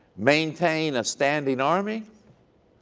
maintain a standing army,